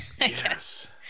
Yes